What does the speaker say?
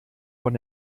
von